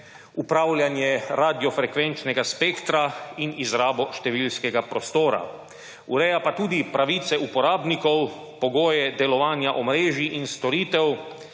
upravljanje radiofrekvenčnega spektra in izrabo številskega prostora. Ureja pa tudi pravice uporabnikov, pogoje delovanja omrežij in storitev,